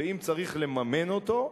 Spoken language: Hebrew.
ואם צריך לממן אותו,